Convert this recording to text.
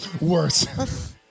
Worse